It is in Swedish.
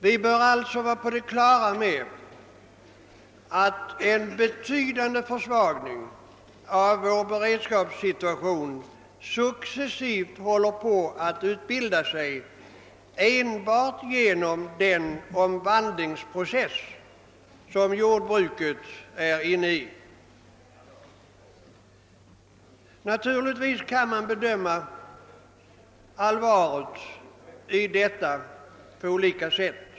Vi bör alltså vara på det klara med att en betydande försvagning av vår beredskap successivt håller på att ske enbart genom den omvandlingsprocess som jordbruket nu är inne i. Naturligtvis kan man bedöma allvaret i detta skeende på olika sätt.